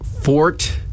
Fort